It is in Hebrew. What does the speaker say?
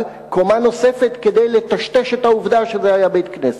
קומה נוספת כדי לטשטש את העובדה שזה היה בית-כנסת.